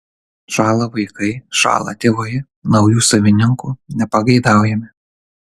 šąla vaikai šąla tėvai naujų savininkų nepageidaujami